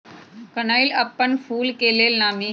कनइल अप्पन फूल के लेल नामी हइ